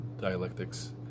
dialectics